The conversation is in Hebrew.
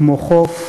כמו חוף,